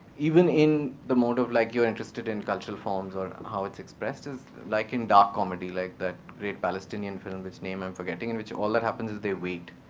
even in the mode of, like, you're interested in cultural forms or um how it's expressed is like in dark comedy, like the great palestinian film, which name i'm forgetting, in which all that happens that they weight.